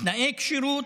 תנאי כשירות,